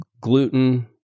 gluten